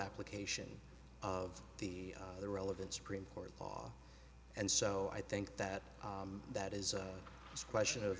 application of the the relevant supreme court law and so i think that that is a question of